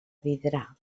vidrà